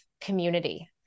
community